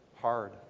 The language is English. hard